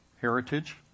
heritage